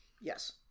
Yes